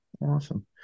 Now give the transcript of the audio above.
Awesome